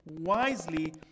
wisely